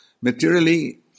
Materially